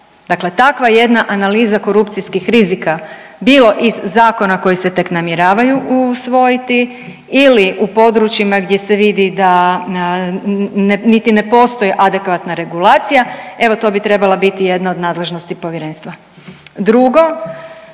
Dakle takva jedna analiza korupcijskih rizika bilo iz zakona koji se tek namjeravaju usvojiti ili u područjima gdje se vidi da niti ne postoji adekvatna regulacija, evo to bi trebala biti jedna od nadležnosti povjerenstva. Drugo,